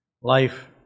life